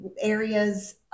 areas